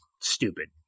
stupid